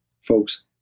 folks